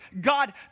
God